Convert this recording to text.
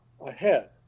ahead